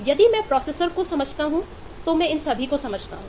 यदि मैं प्रोसेसर को समझता हूँ तो मैं इन सभी को समझता हूं